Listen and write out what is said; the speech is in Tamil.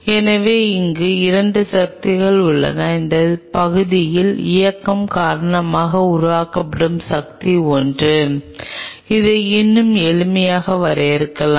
எனவே இங்கே 2 சக்திகள் உள்ளன இந்த பகுதியின் இயக்கம் காரணமாக உருவாக்கப்படும் சக்தி ஒன்று இதை இன்னும் எளிமையாக வரையலாம்